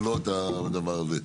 ולא בדבר הזה.